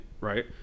right